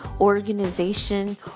organization